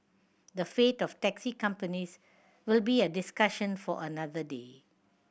the fate of taxi companies will be a discussion for another day